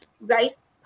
Rice